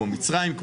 כמו מצרים,